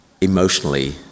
emotionally